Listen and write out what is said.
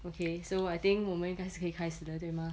okay so I think 我们应该是可以开始的对吗